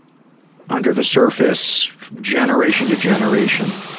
under the surface generation to generation?